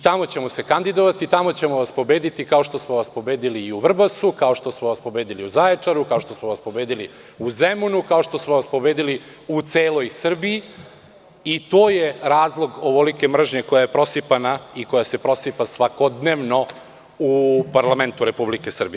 Tamo ćemo se kandidovati, tamo ćemo vas pobediti kao što smo vas pobedili u Vrbasu, kao što smo vas pobedili u Zaječaru, kao što smo vas pobedili u Zemunu, kao što smo vas pobedili u celoj Srbiji i to je razlog ovolike mržnje koja je prosipana i koja se prosipa svakodnevno u parlamentu Republike Srbije.